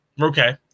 Okay